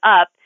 up